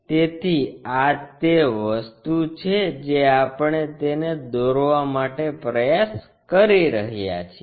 તેથી આ તે વસ્તુ છે જે આપણે તેને દોરવા માટે પ્રયાસ કરી રહ્યા છીએ